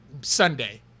Sunday